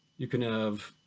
you can have